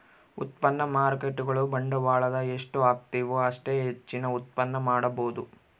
ಉತ್ಪನ್ನ ಮಾರ್ಕೇಟ್ಗುಳು ಬಂಡವಾಳದ ಎಷ್ಟು ಹಾಕ್ತಿವು ಅಷ್ಟೇ ಹೆಚ್ಚಿನ ಉತ್ಪನ್ನ ಮಾಡಬೊದು